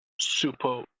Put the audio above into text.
super